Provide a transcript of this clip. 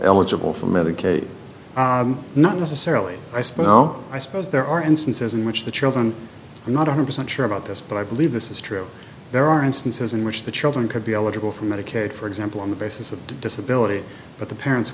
eligible for medicaid not necessarily ice but now i suppose there are instances in which the children are not a hundred percent sure about this but i believe this is true there are instances in which the children could be eligible for medicaid for example on the basis of disability but the parents